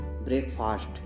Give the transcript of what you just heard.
breakfast